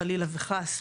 חלילה וחס,